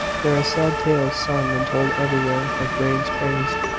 there are sad tales sung and told everywhere of brains crazed,